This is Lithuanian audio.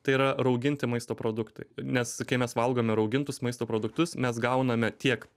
tai yra rauginti maisto produktai nes kai mes valgome raugintus maisto produktus mes gauname tiek